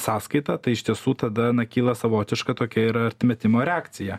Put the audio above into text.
sąskaita tai iš tiesų tada na kyla savotiška tokia ir atmetimo reakcija